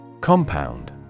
Compound